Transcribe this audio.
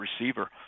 receiver